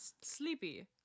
sleepy